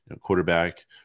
quarterback